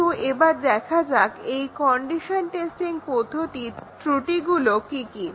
কিন্তু এবার দেখা যাক এই কন্ডিশন টেস্টিং পদ্ধতির ত্রুটিগুলো কি কি